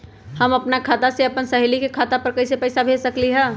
हम अपना खाता से अपन सहेली के खाता पर कइसे पैसा भेज सकली ह?